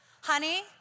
Honey